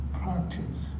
practice